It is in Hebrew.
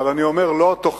אבל אני אומר: לא התוכניות